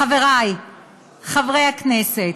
חברי חברי הכנסת,